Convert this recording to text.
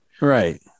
Right